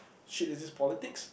shit is this politics